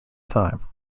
time